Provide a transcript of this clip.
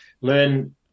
learn